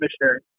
missionary